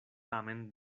tamen